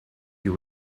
you